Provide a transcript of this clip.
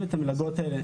הרחבת המלגות האלה